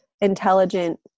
intelligent